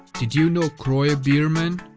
did you know kroy biermann,